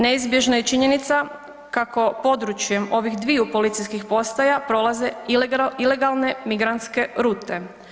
Neizbježna je činjenica kako područjem ovih dviju policijskih postaja prolaze ilegalne migrantske rute.